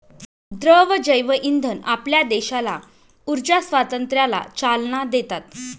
द्रव जैवइंधन आपल्या देशाला ऊर्जा स्वातंत्र्याला चालना देतात